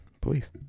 Please